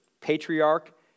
patriarch